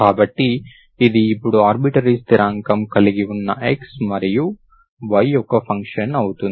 కాబట్టి ఇది ఇప్పుడు ఆర్బిటరీ స్థిరాంకం కలిగియున్న x మరియు y యొక్క ఫంక్షన్ అవుతుంది